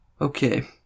Okay